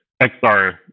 XR